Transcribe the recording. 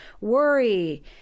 worry